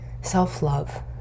self-love